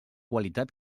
qualitat